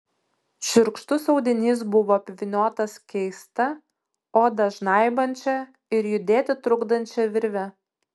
šiurkštus audinys buvo apvyniotas keista odą žnaibančia ir judėti trukdančia virve